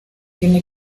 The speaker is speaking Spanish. tiene